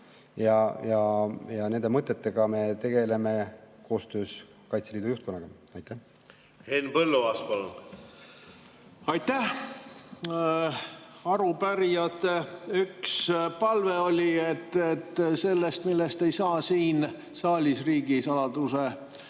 ja nende mõtetega me tegeleme koostöös Kaitseliidu juhtkonnaga. Henn Põlluaas, palun! Aitäh! Arupärijate üks palve oli, et see, millest ei saa siin saalis riigisaladuse